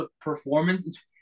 performance